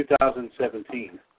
2017